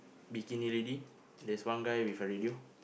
bikini lady there's one guy with a radio